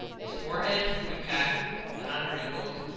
his forehead compact and unwrinkled,